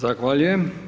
Zahvaljujem.